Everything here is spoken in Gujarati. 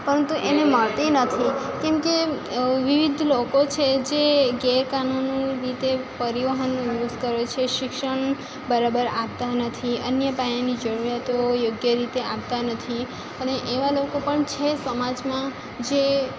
પરંતુ એને મળતી નથી કેમકે વિવિધ લોકો છે જે ગેરકાનુની રીતે પરિવહનનો યુસ કરે છે શિક્ષણ બરાબર આપતા નથી અન્ય પાયાની જરૂરીયાતો યોગ્ય રીતે આપતા નથી અને એવા લોકો પણ છે સમાજમાં જે